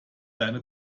deine